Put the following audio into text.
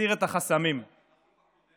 נסיר את החסמים ונפתח